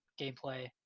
gameplay